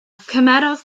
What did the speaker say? cymerodd